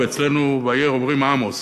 ואצלנו היו אומרים עמוס.